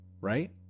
right